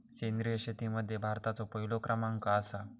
सेंद्रिय शेतीमध्ये भारताचो पहिलो क्रमांक आसा